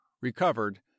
recovered